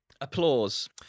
Applause